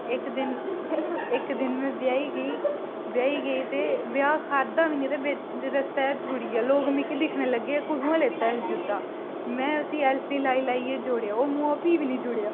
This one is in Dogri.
इक दिन में इक दिन ब्याह् ई गेई ब्याह् ई गे ते ब्याह् खाद्धा बी नेईं ते बिच्च रस्तै गै त्रुट्टी गेआ लोक मिगी दिक्खन लगे कुत्थुआं लैता इन्नै जूता में उसी एलफी लाई लाइयै जोड़ेआ ओह् मुहा फ्ही बी नेईं जुड़ेआ